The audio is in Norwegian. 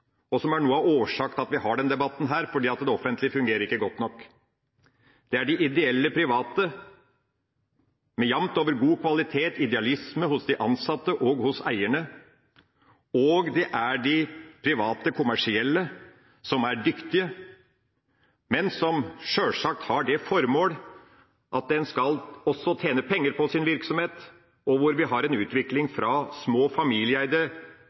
og som er noe av årsaken til at vi har denne debatten, for det offentlige fungerer ikke godt nok. Det er de ideelle private, med jamt over god kvalitet, idealisme hos de ansatte og hos eierne, og det er de private kommersielle, som er dyktige, men som sjølsagt har det formål at de også skal tjene penger på sin virksomhet, og hvor vi har en utvikling fra små familieeide